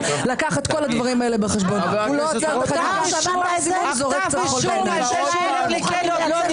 השעה 08:00. נושא הישיבה היום הוא ציון